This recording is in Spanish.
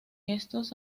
esos